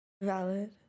Valid